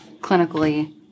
clinically